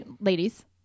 ladies